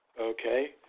Okay